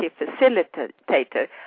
facilitator